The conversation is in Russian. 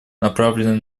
направленные